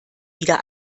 wieder